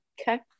okay